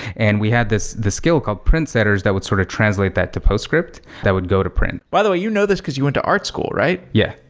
and we had the skill called print setters that would sort of translate that to postscript that would go to print. by the way, you know this because you went to art school, right? yeah.